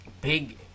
big